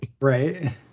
right